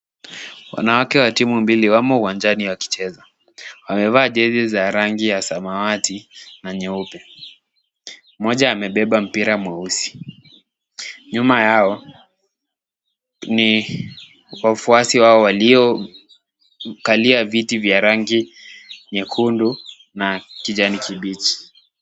Wanawake wa timu mbili wamo uwanjani wakicheza. Wamevaa jezi za rangi ya samawati na nyeupe. Mmoja amebeba mpira mweusi. Nyuma yao ni wafuasi wao waliokalia viti vya rangi nyekundu na kijani kibichi.